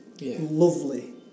lovely